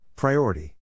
Priority